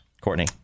Courtney